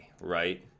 right